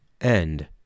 End